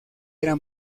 era